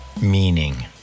meaning